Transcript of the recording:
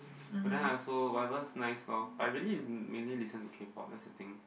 but then I also whatever's nice lor but I really mainly listen to K-pop that's the thing